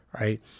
right